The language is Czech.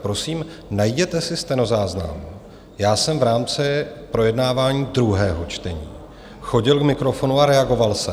Prosím, najděte si stenozáznam, já jsem v rámci projednávání druhého čtení chodil k mikrofonu a reagoval jsem.